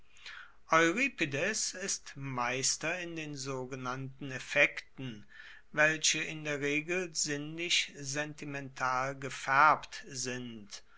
ist meister in den sogenannten effekten welche in der regel sinnlich sentimental gefaerbt sind